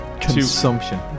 Consumption